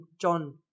John